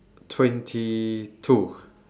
twenty two